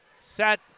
set